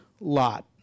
lot